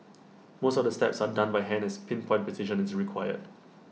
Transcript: most of the steps are done by hand as pin point precision is required